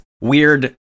weird